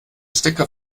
stecker